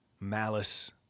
Malice